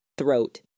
throat